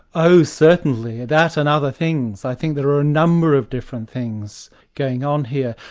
oh, certainly, that and other things. i think there are a number of different things going on here,